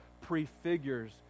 prefigures